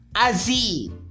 Aziz